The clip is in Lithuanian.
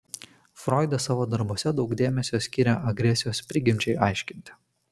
froidas savo darbuose daug dėmesio skiria agresijos prigimčiai aiškinti